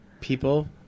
People